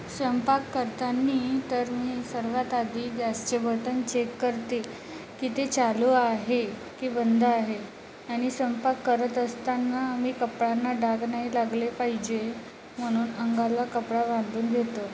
स्वयंपाक करताना तर मी सर्वात आधी गॅसचे बटन चेक करते की ते चालू आहे की बंद आहे आणि स्वयंपाक करत असताना आम्ही कपड्यांना डाग नाही लागले पाहिजे म्हणून अंगाला कपडा बांधून घेतो